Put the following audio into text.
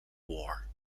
war